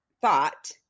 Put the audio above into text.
thought